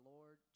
Lord